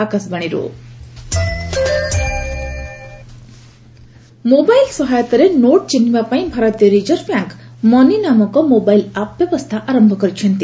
RBI app mobile ସହାୟତାରେ note ଚିହ୍ନିବାପାଇଁ ଭାରତୀୟ ରିଜର୍ଭ ବ୍ୟାଙ୍କ୍ 'ମନି' ନାମକ ଏକ ମୋବାଇଲ୍ ଆପ୍ ବ୍ୟବସ୍ଥା ଆରମ୍ଭ କରିଛି